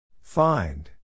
find